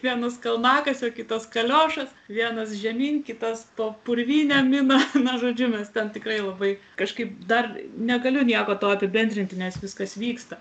vienas kalnakasio kitas kaliošas vienas žemyn kitas po purvynėn mina na žodžiu mes ten tikrai labai kažkaip dar negaliu nieko to apibendrinti nes viskas vyksta